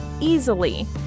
easily